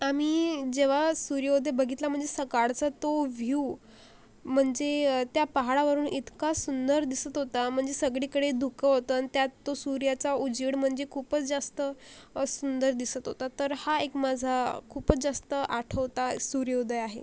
आम्ही जेव्हा सूर्योदय बघितला म्हणजे सकाळचा तो व्ह्यू म्हणजे त्या पहाडावरून इतका सुंदर दिसत होता म्हणजे सगळीकडे धुकं होतं आणि त्यात तो सूर्याचा उजेड म्हणजे खूपच जास्त सुंदर दिसत होता तर हा एक माझा खूपच जास्त आठवता सूर्योदय आहे